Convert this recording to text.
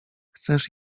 chcesz